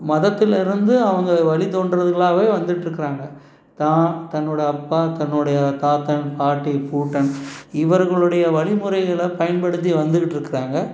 மதத்தில் இருந்து அவங்க வழி தொண்டர்களாகவே வந்துட்டுருக்குறாங்க தான் தன்னோடய அப்பா தன்னோடைய தாத்தன் பாட்டி பூட்டன் இவர்களுடைய வழிமுறைகளை பயன்படுத்தி வந்துக்கிட்டுருக்குறாங்க